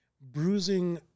bruising